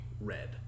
red